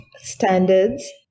standards